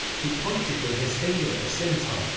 he pointed with his finger at the scimitar,